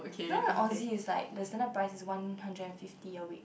no Aussie is like the standard price is one hundred and fifty a week